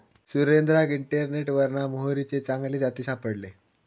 सुरेंद्राक इंटरनेटवरना मोहरीचे चांगले जाती सापडले